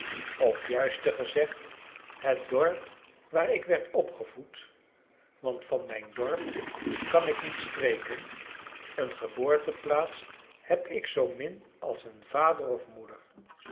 of juister gezegd het dorp waar ik werd opgevoed want van mijn dorp kan ik niet spreken een geboorteplaats heb ik zoo min als een vader of moeder het